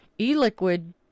e-liquid